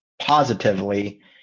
positively